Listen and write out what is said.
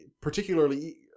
particularly